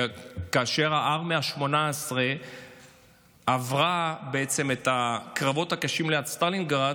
כי כאשר הארמייה ה-18 עברה את הקרבות הקשים ליד סטלינגרד,